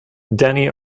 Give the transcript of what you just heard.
danny